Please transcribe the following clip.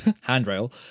handrail